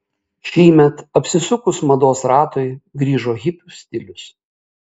šįmet apsisukus mados ratui grįžo hipių stilius